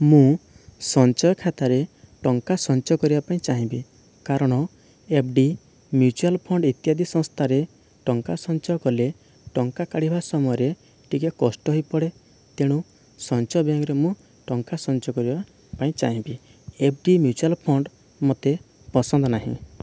ମୁଁ ସଞ୍ଚୟ ଖାତାରେ ଟଙ୍କା ସଞ୍ଚୟ କରିବା ପାଇଁ ଚାହିଁବି କାରଣ ଏଫ୍ଡି ମ୍ୟୁଚୁଆଲ ଫଣ୍ଡ ଇତ୍ୟାଦି ସଂସ୍ଥାରେ ଟଙ୍କା ସଞ୍ଚୟ କଲେ ଟଙ୍କା କାଢ଼ିବା ସମୟରେ ଟିକେ କଷ୍ଟ ହୋଇପଡ଼େ ତେଣୁ ସଞ୍ଚୟ ବ୍ୟାଙ୍କରେ ମୁଁ ଟଙ୍କା ସଞ୍ଚୟ କରିବା ପାଇଁ ଚାହିଁବି ଏଫ୍ଡି ମ୍ୟୁଚୁଆଲ ଫଣ୍ଡ ମୋତେ ପସନ୍ଦ ନାହିଁ